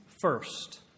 first